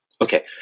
Okay